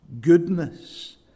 goodness